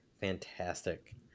Fantastic